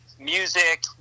music